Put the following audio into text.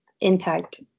impact